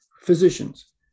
Physicians